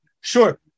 sure